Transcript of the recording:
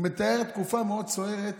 הוא מתאר תקופה מאוד סוערת